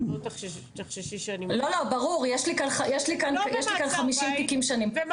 יש לי כאן 50 תיקים --- הוא לא במעצר בית